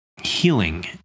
healing